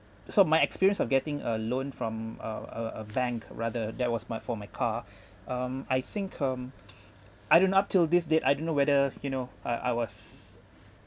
so my experience of getting a loan from uh uh a bank rather that was my for my car um I think um I didn't up till this date I didn't know whether you know I I was I was